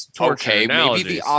okay